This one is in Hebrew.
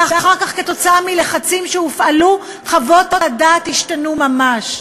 ואחר כך כתוצאה מלחצים שהופעלו חוות הדעת השתנו ממש.